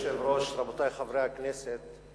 כבוד היושב-ראש, רבותי חברי הכנסת,